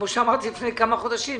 כפי שאמרתי לפני כמה חודשים,